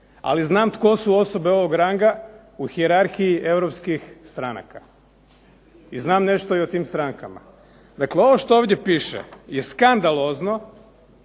ali znam tko su osobe ovog ranga u hijerarhiji europskih stranaka i znam nešto i o tim strankama. Dakle, ovo što ovdje piše je skandalozno,